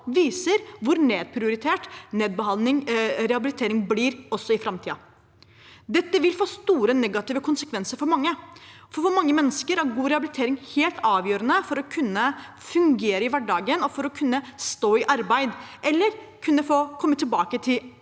viser hvor nedprioritert rehabilitering blir også i framtiden. Dette vil få store negative konsekvenser for mange, for for mange mennesker er god rehabilitering helt avgjørende for å kunne fungere i hverdagen og kun ne stå i arbeid, eller for å kunne få komme tilbake til